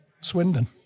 Swindon